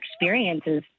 experiences